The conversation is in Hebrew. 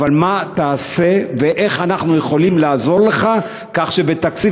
אבל מה תעשה ואיך אנחנו יכולים לעזור לך כך שבתקציב